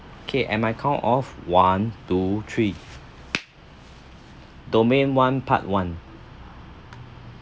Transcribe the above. K and my count of one two three domain one part one